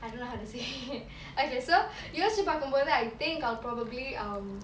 I don't know how to say okay so யோசிச்சு பாக்கும்போது:yosichu paakumpothu I think I'll probably um